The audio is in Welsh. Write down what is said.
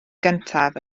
gyntaf